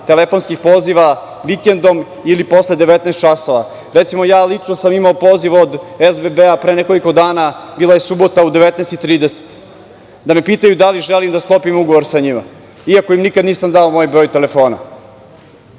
telefonskih poziva vikendom ili posle 19.00 sati. Lično sam imao poziv od SBB pre nekoliko dana, bila je subota u 19.30 sati, da me pitaju da li želim da sklopim ugovor sa njima, iako im nikad nisam dao moj broj telefona. Odakle